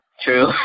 True